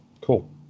Cool